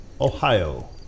Ohio